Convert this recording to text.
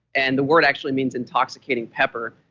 and the word actually means intoxicating pepper,